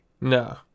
No